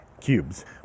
cubes